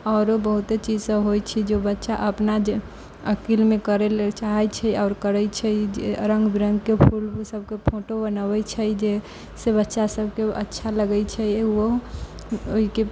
आओरो बहुते चीज सभ होइ छै जे बच्चा अपना अकिलमे करय लेल चाहै छै आओर करैत छै जे रङ्ग बिरङ्गके फूल ऊल सभके फोटो बनबै छै जाहिसँ बच्चासभके अच्छा लगै छै ओ ओहिके